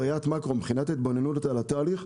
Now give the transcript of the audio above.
בראיית מאקרו מבחינת ההתבוננות על התהליך,